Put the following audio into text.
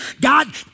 God